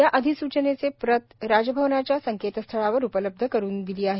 या अधिसूचनाचे प्रत राजभवनाच्या संकेतस्थळावर उपलब्ध करुन दिली आहे